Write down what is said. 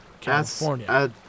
California